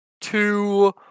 two